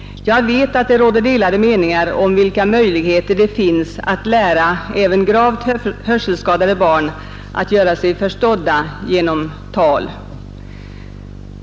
Jag vet att det råder delade meningar om vilka möjligheter det finns att lära även gravt hörselskadade barn att göra sig förstådda med tal.